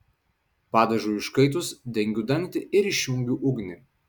padažui užkaitus dengiu dangtį ir išjungiu ugnį